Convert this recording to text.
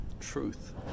truth